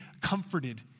comforted